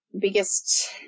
biggest